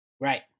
Right